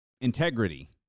integrity